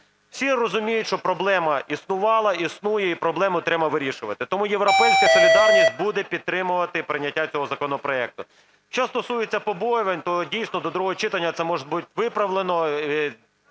Всі розуміють, що проблема існувала, існує і проблему треба вирішувати. Тому "Європейська солідарність" буде підтримувати прийняття цього законопроекту. Що стосується побоювань, то, дійсно, до другого читання це може бути виправлено,